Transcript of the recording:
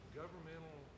governmental